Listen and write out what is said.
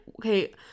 okay